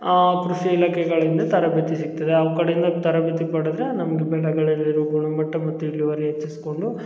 ಕೃಷಿ ಇಲಾಖೆಗಳಿಂದ ತರಬೇತಿ ಸಿಗ್ತದೆ ಅವ್ರ ಕಡೆಯಿಂದ ತರಬೇತಿ ಪಡೆದ್ರೆ ನಮಗೆ ಬೆಳೆಗಳಲ್ಲಿರೋ ಗುಣಮಟ್ಟ ಮತ್ತು ಇಳುವರಿ ಹೆಚ್ಚಿಸ್ಕೊಂಡು